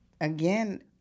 again